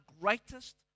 greatest